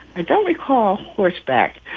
i don't recall a horseback.